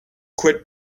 quit